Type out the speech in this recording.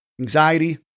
anxiety